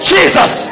Jesus